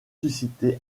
suscité